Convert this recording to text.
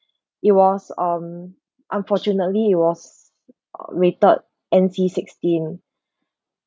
it was um unfortunately it was rated N_C sixteen